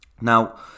now